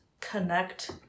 connect